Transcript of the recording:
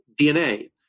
DNA